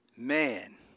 Man